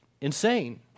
insane